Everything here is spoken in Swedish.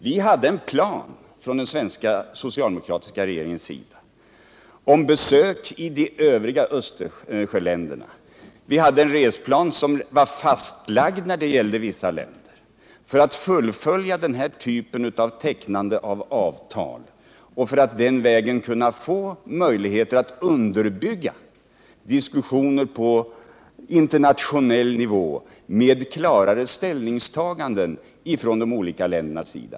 Vi hade från den svenska socialdemokratiska regeringens sida en plan för besök i de övriga Östersjöländerna. Vi hade en fastlagd plan för resor till vissa länder för att fullfölja och teckna den här typen av avtal för att den vägen få möjligheter att underbygga diskussioner på internationell nivå med klara ställningstaganden från de olika ländernas sida.